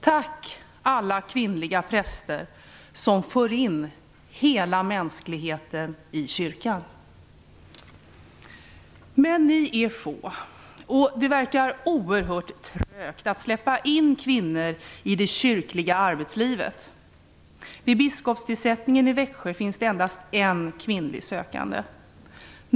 Tack, alla kvinnliga präster som för in hela mänskligheten i kyrkan! Men ni är få, och det verkar gå oerhört trögt att släppa in kvinnor i det kyrkliga arbetslivet. Vid biskopstillsättningen i Växjö finns endast en kvinnlig sökande.